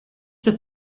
das